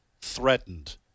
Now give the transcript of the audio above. threatened